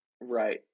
Right